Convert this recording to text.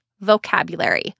vocabulary